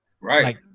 right